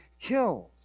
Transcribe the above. kills